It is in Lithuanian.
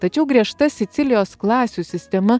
tačiau griežta sicilijos klasių sistema